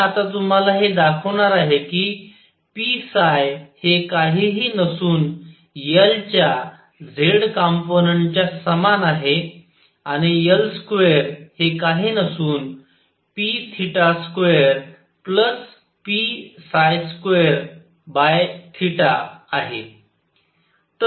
मी आता तुम्हाला हे दाखवणार आहे कि p हे काहीही नसून L च्या z कंपोनंट च्या समान आहे आणि L स्क्वेअर हे काही नसून p2p2 आहे